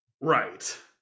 Right